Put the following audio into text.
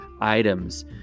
items